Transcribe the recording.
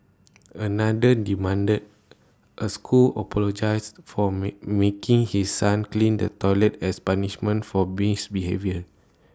another demanded A school apologise for making his son clean the toilet as punishment for misbehaviour